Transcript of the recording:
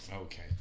Okay